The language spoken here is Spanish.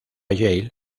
yale